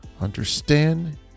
understand